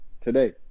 today